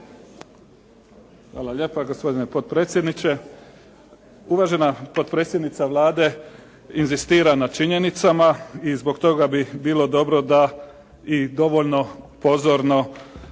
Hvala lijepa gospodine potpredsjedniče, uvažena potpredsjednica Vlade inzistira na činjenicama i zbog toga bi bilo dobro i dovoljno pozorno